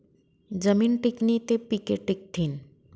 जमीन टिकनी ते पिके टिकथीन